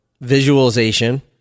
visualization